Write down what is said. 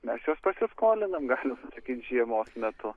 mes juos pasiskolinam galima sakyt žiemos metu